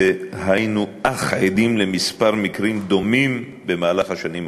והיינו עדים לכמה מקרים דומים במהלך השנים החולפות.